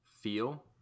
feel